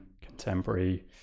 contemporary